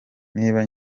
niba